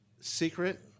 secret